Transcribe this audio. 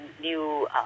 new